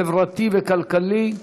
החברתי והכלכלי,